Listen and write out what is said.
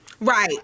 Right